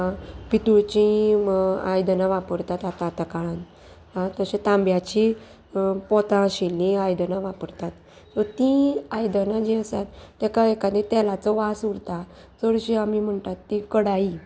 पितूळचीं आयदनां वापरतात आतां आतां काळान तशें तांब्याची पोतां आशिल्लीं आयदनां वापरतात सो तीं आयदनां जीं आसात तेका एकादें तेलाचो वास उरता चडशीं आमी म्हणटात तीं कडाई